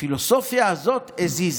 הפילוסופיה הזאת הזיזה.